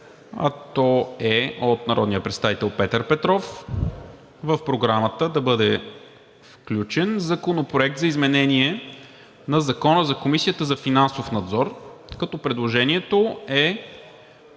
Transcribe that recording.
а то е от народния представител Петър Петров, в Програмата да бъде включен Законопроект за изменение на Закона за Комисията за финансов надзор, като предложението е